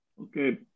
Okay